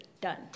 done